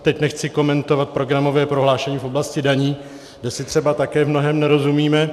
Teď nechci komentovat programové prohlášení v oblasti daní, kde si třeba také v mnohém nerozumíme.